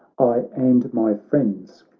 i and my friends,